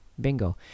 bingo